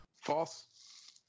False